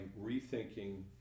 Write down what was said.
rethinking